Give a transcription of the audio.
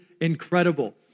incredible